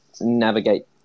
navigate